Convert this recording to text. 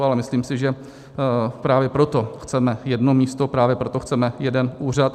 Ale myslím si, že právě proto chceme jedno místo, právě proto chceme jeden úřad.